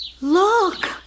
Look